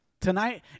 Tonight